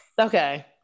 Okay